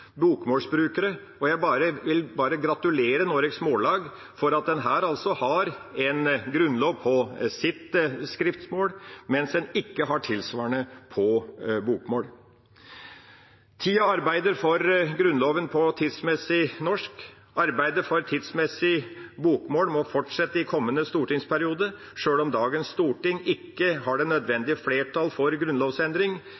bokmålsbrukere, og jeg vil bare gratulere Noregs Mållag med at en her altså har en Grunnlov på sitt skriftmål, mens en ikke har tilsvarende på bokmål. Tida arbeider for Grunnloven på tidsmessig norsk. Arbeidet for tidsmessig bokmål må fortsette i kommende stortingsperiode. Sjøl om dagens storting ikke har det